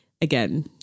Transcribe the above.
again